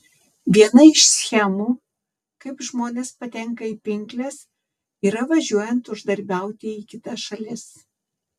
viena iš schemų kaip žmonės patenka į pinkles yra važiuojant uždarbiauti į kitas šalis